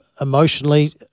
emotionally